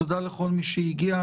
תודה לכל מי שהגיע,